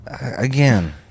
Again